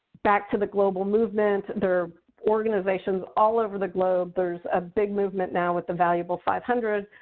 back to the global movement, there are organizations all over the globe. there's a big movement now with the valuable five hundred,